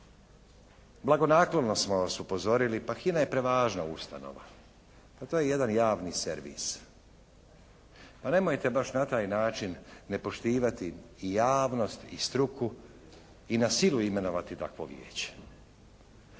Blagonaklono smo vas upozorili. Pa HINA je prevažna ustanova. Pa to je jedan javni servis. Pa nemojte baš na taj način nepoštivati i javnost i struku i na silu imenovati takvo vijeće.